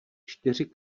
čtyři